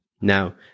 now